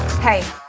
Hey